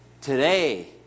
Today